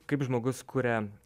kaip žmogus kuria